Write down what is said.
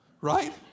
Right